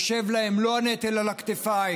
שיושב להם מלוא הנטל על הכתפיים,